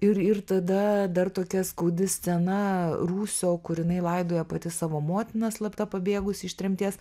ir ir tada dar tokia skaudi scena rūsio kur jinai laidoja pati savo motiną slapta pabėgus iš tremties